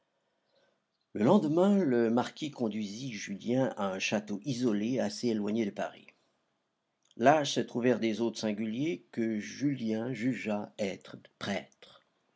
le lendemain le marquis conduisit julien à un château isolé assez éloigné de paris là se trouvèrent des hôtes singuliers que julien jugea être prêtres